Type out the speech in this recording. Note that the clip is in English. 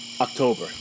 October